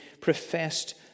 professed